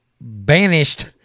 banished